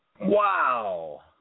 Wow